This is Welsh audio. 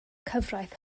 cyfraith